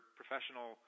professional